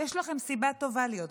יש לכם סיבה טובה להיות בפניקה.